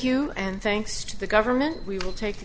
you and thanks to the government we will take the